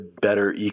better